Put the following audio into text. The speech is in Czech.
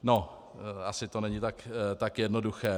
No, asi to není tak jednoduché.